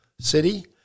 city